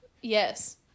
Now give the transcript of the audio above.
Yes